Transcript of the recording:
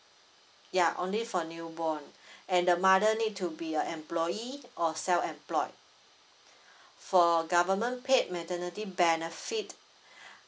yeah only for newborn and the mother need to be a employee or self employed for government paid maternity benefit